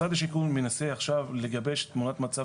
משרד השיכון מנסה עכשיו לגבש תמונת מצב